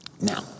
Now